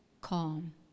calm